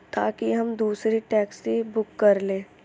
تاکہ ہم دوسری ٹیکسی بک کر لیں